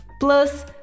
Plus